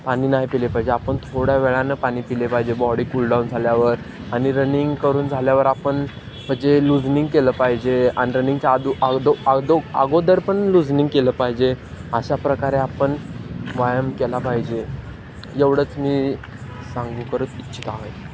पाणी नाही प्यायले पाहिजे आपण थोड्या वेळानं पाणी प्यायले पाहिजे बॉडी कूलडाऊन झाल्यावर आणि रनिंग करून झाल्यावर आपण म्हणजे लुजनिंग केलं पाहिजे आणि रनिंगच्या आदू आगदो आदो अगोदर पण लुजनिंग केलं पाहिजे अशा प्रकारे आपण व्यायाम केला पाहिजे एवढंच मी सांगू करत इच्छित आहे